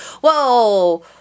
whoa